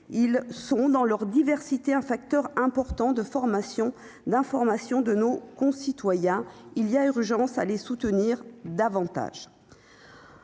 ils sont dans leur diversité, un facteur important de formation d'information de nos concitoyens, il y a urgence à les soutenir davantage,